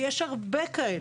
ויש הרבה כאלה.